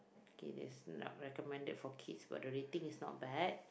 okay that's not recommended for kids but the rating is not bad